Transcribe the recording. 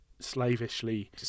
slavishly